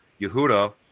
Yehuda